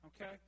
Okay